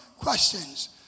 questions